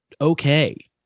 okay